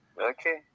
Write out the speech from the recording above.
Okay